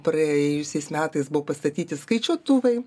praėjusiais metais buvo pastatyti skaičiuotuvai